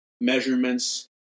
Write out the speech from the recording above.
measurements